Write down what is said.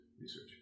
research